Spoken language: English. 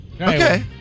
Okay